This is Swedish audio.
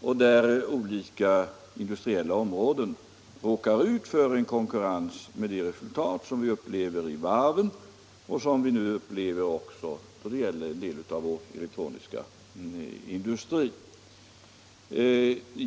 dvs. att olika industriella områden råkar ut för konkurrens med de resultat som vi upplevt för varven och som vi nu upplever också då det gäller en del av vår elektroniska industri.